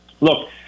Look